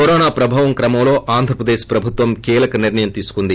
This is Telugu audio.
కరోనా ప్రభావం క్రమంలో ఆంధ్రప్రదేశ్ ప్రభుత్వం కీలక నిర్లయం తీసుకుంది